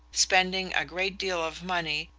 spending a great deal of money,